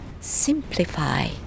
simplify